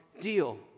deal